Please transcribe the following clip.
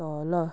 तल